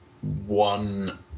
one